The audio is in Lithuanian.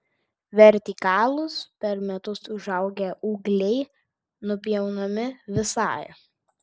vertikalūs per metus užaugę ūgliai nupjaunami visai